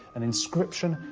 an inscription,